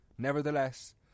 Nevertheless